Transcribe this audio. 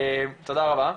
תודה רבה.